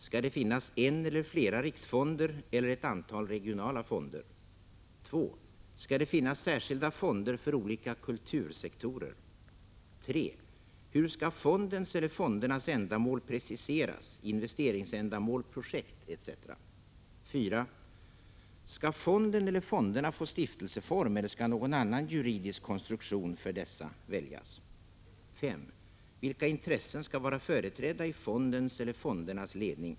Skall det finnas en eller flera riksfonder eller ett antal regionala fonder? 2. Skall det finnas särskilda fonder för olika kultursektorer? 3. Hur skall fondens eller fondernas ändamål preciseras — investeringsändamål, projekt etc? 4. Skall fonden eller fonderna få stiftelseform, eller skall någon annan juridisk konstruktion för dessa väljas? 5. Vilka intressen skall vara företrädda i fondens eller fondernas ledning?